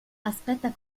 aspetta